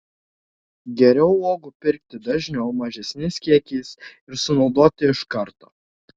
geriau uogų pirkti dažniau mažesniais kiekiais ir sunaudoti iš karto